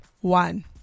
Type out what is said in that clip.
one